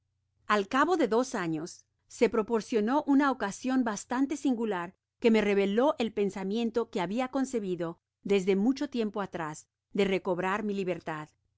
al cabo de dos añes se proporcionó una ocasion bastante singular que me reveló el pensamiento que habia concebido desde mucho tiempo atrás de recobrar mi libertad